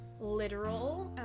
literal